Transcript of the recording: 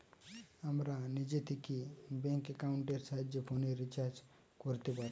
আমরা নিজে থিকে ব্যাঙ্ক একাউন্টের সাহায্যে ফোনের রিচার্জ কোরতে পারি